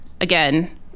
again